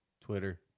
Twitter